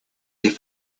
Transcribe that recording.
del